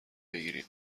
بگیریم